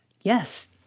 Yes